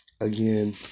again